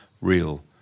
real